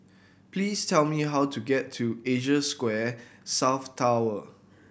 please tell me how to get to Asia Square South Tower